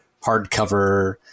hardcover